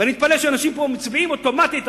ואני מתפלא שאנשים פה מצביעים אוטומטית,